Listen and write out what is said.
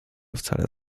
wcale